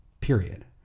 period